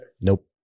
Nope